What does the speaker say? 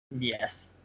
yes